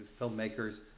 filmmakers